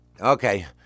okay